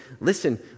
listen